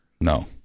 No